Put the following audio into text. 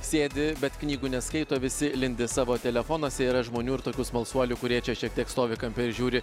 sėdi bet knygų neskaito visi lindi savo telefonuose yra žmonių ir tokių smalsuolių kurie čia šiek tiek stovi kampe ir žiūri